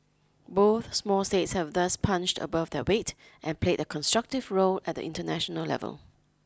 both small states have thus punched above their weight and played a constructive role at the international level